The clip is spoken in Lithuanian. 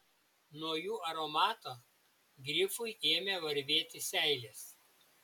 nuo jų aromato grifui ėmė varvėti seilės